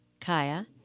Kaya